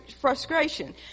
frustration